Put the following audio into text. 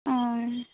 ᱚᱸᱻᱭ